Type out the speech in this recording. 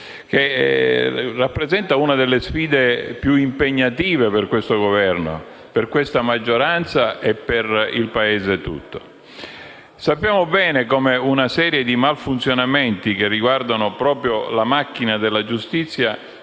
rappresenta una delle sfide più impegnative per questo Governo, per questa maggioranza e per il Paese intero. Sappiamo bene come una serie di malfunzionamenti che riguardano proprio la macchina della giustizia